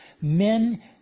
men